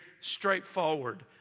straightforward